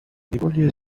наиболее